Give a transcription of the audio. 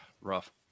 Rough